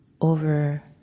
over